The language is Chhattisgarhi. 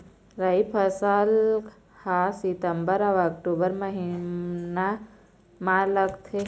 राई फसल हा सितंबर अऊ अक्टूबर महीना मा लगथे